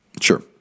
Sure